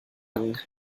sagen